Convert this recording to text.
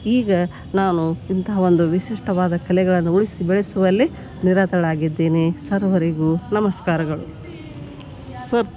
ಈಗ ನಾನು ಇಂಥ ಒಂದು ವಿಶಿಷ್ಟವಾದ ಕಲೆಗಳನ್ನು ಉಳಿಸಿ ಬೆಳೆಸುವಲ್ಲಿ ನಿರತಳಾಗಿದ್ದೇನೆ ಸರ್ವರಿಗು ನಮಸ್ಕಾರಗಳು ಸರ್